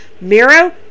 Miro